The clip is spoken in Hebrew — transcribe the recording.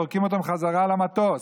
זורקים אותם חזרה למטוס.